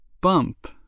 Bump